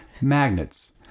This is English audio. Magnets